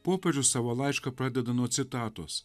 popiežius savo laišką pradeda nuo citatos